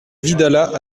vidalat